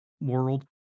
world